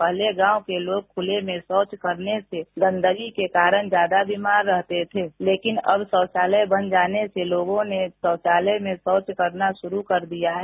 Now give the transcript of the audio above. पहले गॉव के लोग खुले में शौच करने से गंदगी के कारण ज्यादा बीमार रहते थे लेकिन अब शौचालय बन जाने से लोगों में शौचालय में शौच करना शुरू कर दिया है